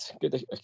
good